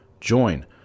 join